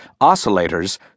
oscillators